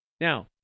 Now